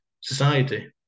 society